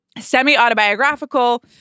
semi-autobiographical